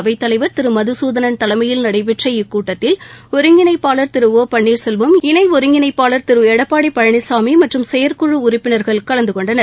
அவைத்தலைவர் திரு மதுசூதனன் தலைமையில் நடைபெற்ற இக்கூட்டத்தில் கட்சியின் ஒருங்கிணைப்பாள் திரு ஒ பள்ளீர்செல்வம் இணை ஒருங்கிணைப்பாள் திரு எடப்பாடி பழனிசாமி மற்றும் செயற்குழு உறுப்பினர்கள் கலந்து கொண்டனர்